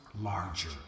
larger